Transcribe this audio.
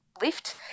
Lift